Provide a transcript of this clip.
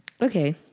Okay